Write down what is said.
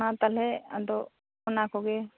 ᱢᱟ ᱛᱟᱦᱚᱞᱮ ᱟᱫᱚ ᱚᱱᱟᱠᱚᱜᱮ